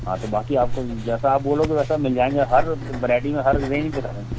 हाँ तो बाकी आपको जैसा आप बोलोगे वैसा मिल जाएँगे हर वैरायटी में हर रेंज में घर हैं